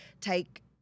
take